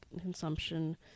consumption